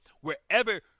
Wherever